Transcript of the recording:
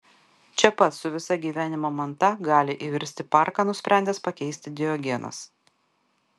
čia pat su visa gyvenimo manta gali įvirsti parką nusprendęs pakeisti diogenas